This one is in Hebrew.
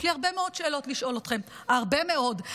יש לי הרבה מאוד שאלות לשאול אתכם, הרבה מאוד.